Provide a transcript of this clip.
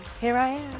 here i am.